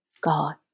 God